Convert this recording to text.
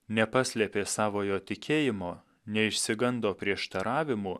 nepaslėpė savojo tikėjimo neišsigando prieštaravimų